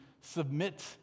submit